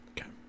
Okay